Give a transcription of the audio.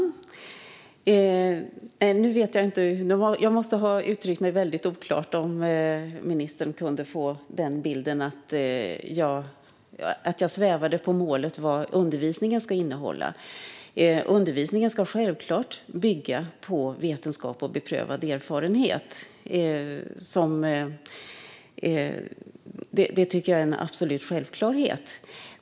Fru talman! Jag måste ha uttryckt mig väldigt oklart om ministern kunde få bilden att jag svävade på målet i fråga om vad undervisningen ska innehålla. Undervisningen ska självklart bygga på vetenskap och beprövad erfarenhet; det tycker jag är en absolut självklarhet.